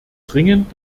dringend